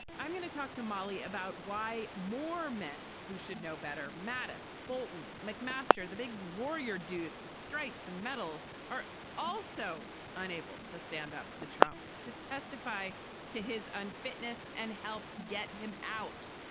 i'm going to talk to molly about why more men who should know better mattis bolton mcmaster the big warrior do its stripes and medals are also unable to stand up to trump to testify to his unfitness and help get him out.